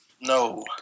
No